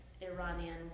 Iranian